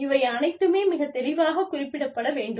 இவை அனைத்துமே மிகத் தெளிவாகக் குறிப்பிடப்பட வேண்டும்